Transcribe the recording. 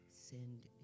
send